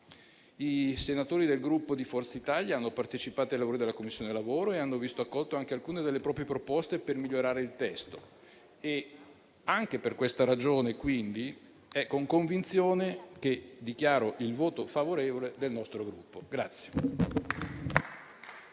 I senatori del Gruppo di Forza Italia hanno partecipato ai lavori della Commissione lavoro e hanno visto accolte anche alcune delle proprie proposte per migliorare il testo. Anche per questa ragione, quindi, è con convinzione che dichiaro il voto favorevole del nostro Gruppo.